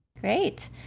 Great